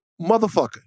motherfucker